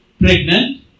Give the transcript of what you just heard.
pregnant